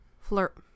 Flirt